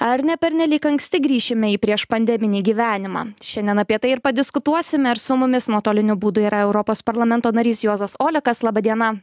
ar ne pernelyg anksti grįšime į prieš pandeminį gyvenimą šiandien apie tai ir padiskutuosime ir su mumis nuotoliniu būdu yra europos parlamento narys juozas olekas laba diena